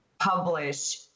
publish